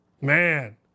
Man